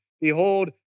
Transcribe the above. behold